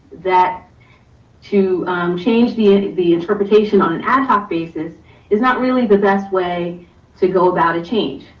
that to change the and the interpretation on an ad hoc basis is not really the best way to go about a change.